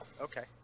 okay